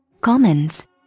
comments